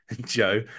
Joe